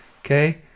okay